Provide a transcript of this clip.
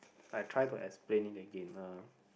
I try to explain it again uh